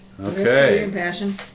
Okay